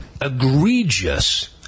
egregious